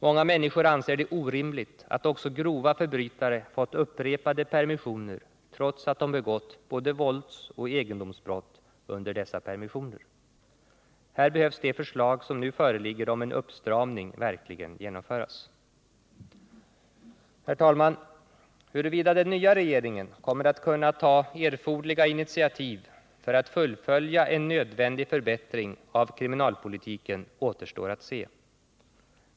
Många människor anser det orimligt att också grova förbrytare fått upprepade permissioner, trots att de begått både våldsoch egendomsbrott under dessa. Här behöver det förslag som nu föreligger om en uppstramning verkligen genomföras. Herr talman! Huruvida den nya regeringen kommer att kunna ta erforderliga initiativ för att fullfölja en nödvändig förbättring av kriminalpolitiken återstår att se.